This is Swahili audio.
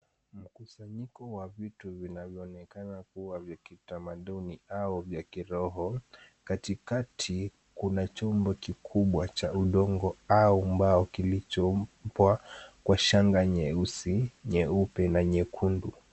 Mkusanyiko wa vitu vinavyoonekana kuwa vya kitamaduni au vya kiroho. Katikati kuna chombo kikubwa cha udongo au mbao kilichoumbwa kwa shanga nyeusi, nyeupe na nyekundu.